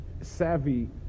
savvy